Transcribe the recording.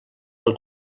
del